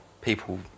people